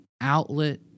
outlet